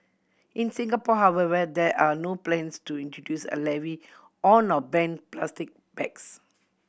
in Singapore however there are no plans to introduce a levy on or ban plastic bags